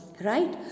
Right